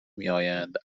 میآیند